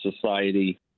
society